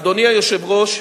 אדוני היושב-ראש,